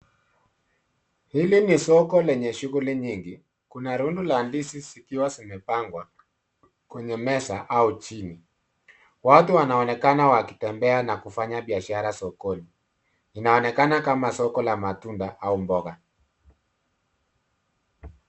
Hili ni soko lenye shughuli nyingi na rundo la ndizi zikiwa zimepangwa kwenye meza au chini. Watu wanaonekana wakitembea na kufanya biashara sokoni. Inaonekana kama soko la matunda au mboga.